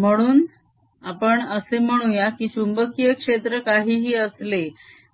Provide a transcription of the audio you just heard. म्हणून आपण असे म्हणूया की चुंबकीय क्षेत्र काहीही असले